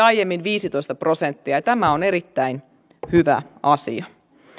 aiemmin viisitoista prosenttia ja ja tämä on erittäin hyvä asia